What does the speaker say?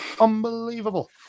Unbelievable